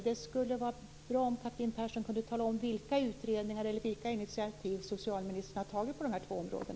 Det skulle vara bra om Catherine Persson kunde tala om vilka utredningar det är och vilka initiativ socialministern har tagit på dessa två områden.